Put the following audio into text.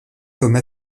comme